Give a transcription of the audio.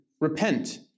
Repent